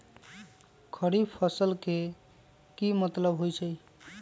खरीफ फसल के की मतलब होइ छइ?